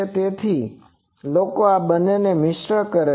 તેથી લોકો આ બંનેને મિશ્ર કરે છે